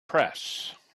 press